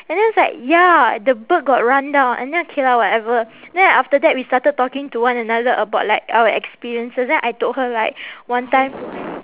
and then I was like ya the bird got run down and then okay lah whatever then after that we started talking to one another about like our experiences then I told her like one time